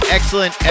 Excellent